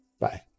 Bye